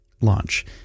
launch